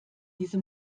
diese